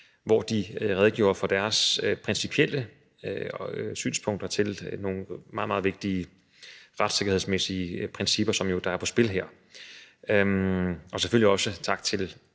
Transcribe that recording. hvor de redegjorde for deres principielle synspunkter i forhold til nogle meget, meget vigtige retssikkerhedsmæssige principper, der jo er på spil her. Selvfølgelig også tak til